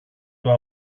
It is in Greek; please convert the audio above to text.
του